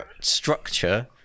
structure